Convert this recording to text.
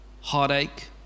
heartache